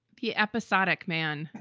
the episodic man.